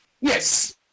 Yes